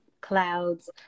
clouds